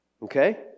Okay